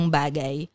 bagay